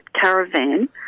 caravan